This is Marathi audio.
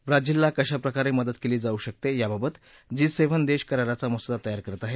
ब्राझीलला कशाप्रकारे मदत केली जाऊ शकते याबाबत जी सेव्हन देश कराराचा मसुदा तयार करत आहेत